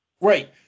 right